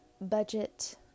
Budget